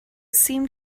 seemed